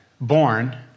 born